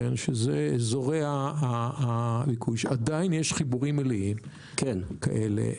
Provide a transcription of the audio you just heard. שזה אזורי הביקוש, עדיין יש חיבורים עיליים כאלה.